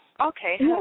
Okay